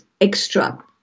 extra